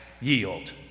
yield